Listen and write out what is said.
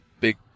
big